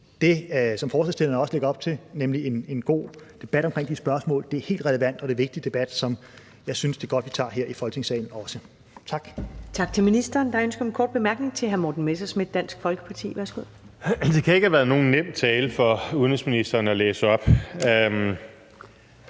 det, som forslagsstillerne også lægger op til, nemlig en god debat om de spørgsmål, er helt relevant. Det er en vigtig debat, som jeg synes det er godt at vi også tager her i Folketingssalen. Tak.